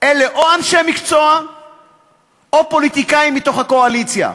אלה או אנשי מקצוע או פוליטיקאים מתוך הקואליציה.